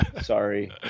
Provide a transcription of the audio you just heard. Sorry